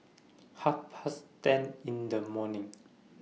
Half Past ten in The morning